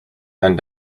and